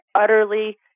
utterly